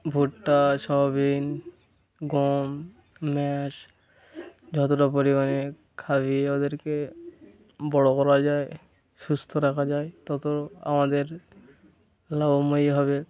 ভুট্টা সয়াবিন গম ম্যাশ যতটা পরিমাণে খাইয়ে ওদেরকে বড় করা যায় সুস্থ রাখা যায় তত আমাদের লাভময় হবে